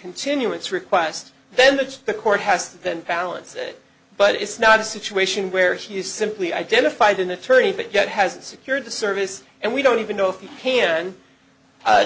continuance request then the judge the court has then palance it but it's not a situation where she is simply identified an attorney but yet has secured the service and we don't even know if you can